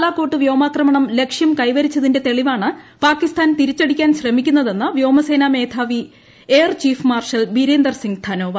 ബലാക്കോട്ട് വ്യോമാക്രമണം ലക്ഷ്യം കൈവരിച്ചതിന്റെ തെളിവാണ് പാകിസ്ഥാൻ തിരിച്ചടിക്കാൻ ശ്രമിക്കുന്നതെന്ന് വ്യോമസേനാ മേധാവി air chief marshal Birender Singh Dhanoa